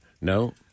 No